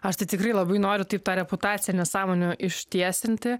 aš tai tikrai labai noriu taip tą reputaciją nesąmonių ištiesinti